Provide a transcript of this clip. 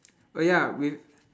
oh ya with